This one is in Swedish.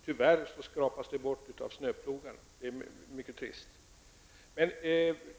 Tyvärr skrapas det bort av snöplogarna. Det är mycket trist.